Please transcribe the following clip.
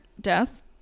death